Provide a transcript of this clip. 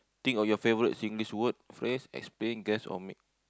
think of your favorite Singlish word phrase explain guess or make